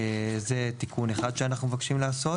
זה תיקון אחד שאנחנו מבקשים לעשות.